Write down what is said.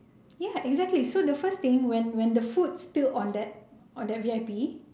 ya exactly so the first thing when when the food still on that on that V_I_P